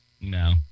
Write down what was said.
No